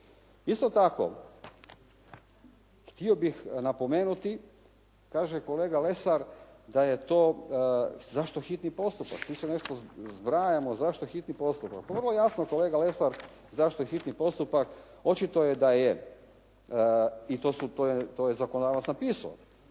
Isto tako, htio bih napomenuti. Kaže kolega Lesar da je to zašto hitni postupak. Tu se nešto zbrajamo zašto hitni postupak. Pa vrlo jasno kolega Lesar zašto je hitni postupak. Očito je da je, i to je zakonodavac napisao,